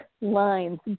lines